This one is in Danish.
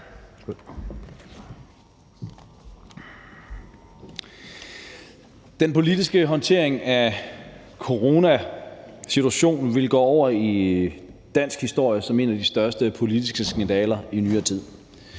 Den politiske håndtering af coronasituationen vil gå over i dansk historie som en af de største politiske skandaler i nyere tid.